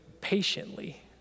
patiently